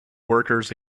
workers